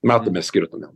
matome skirtumą